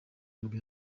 nibwo